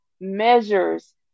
measures